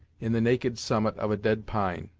in the naked summit of a dead pine.